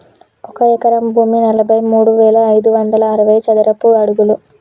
ఒక ఎకరం భూమి నలభై మూడు వేల ఐదు వందల అరవై చదరపు అడుగులు